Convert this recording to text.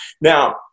Now